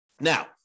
Now